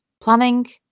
Planning